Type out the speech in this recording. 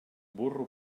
burro